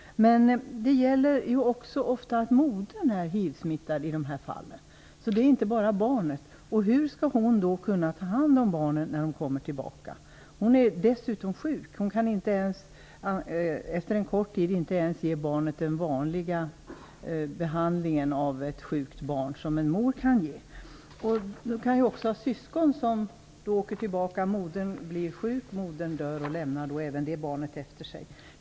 Men i dessa fall är också ofta modern hivsmittad. Det är inte bara barnet. Hur skall då modern kunna ta hand om barnet när hon kommer tillbaka? Hon är ju sjuk och kan efter en kort tid inte ens ge barnet den behandling en mor annars kan ge ett sjukt barn. Det kan också vara syskon som blir avvisade och åker tillbaka. Sedan blir modern sjuk och dör och lämnar även det barnet efter sig.